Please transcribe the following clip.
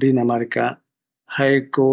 Dinamarca, jaeko